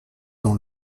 dans